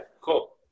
cool